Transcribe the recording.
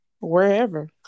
wherever